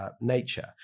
nature